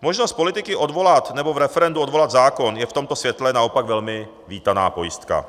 Možnost politiky odvolat nebo v referendu odvolat zákon je v tomto světle naopak velmi vítaná pojistka.